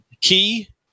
Key